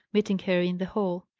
meeting her in the hall.